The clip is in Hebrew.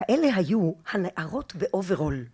אלה היו הנערות באוברול.